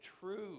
true